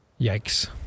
yikes